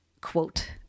quote